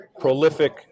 prolific